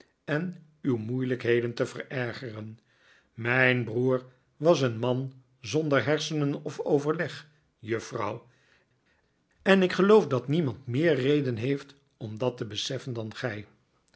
en uw moeilijkheden te verergeren mijn broer was een man zonder hersenen of overleg juffrouw en ik geloof dat niemand meer reden heeft om dat te beseffen dan gij